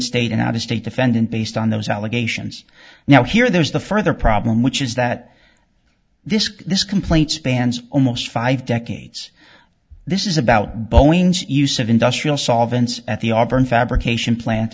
state and out of state defendant based on those allegations now here there's the further problem which is that this this complaint spans almost five decades this is about boeing's use of industrial solvents at the auburn fabrication plant